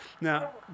Now